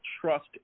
trust